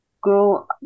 grow